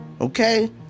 Okay